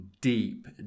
deep